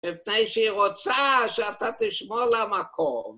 בתנאי שהיא רוצה שאתה תשמור לה מקום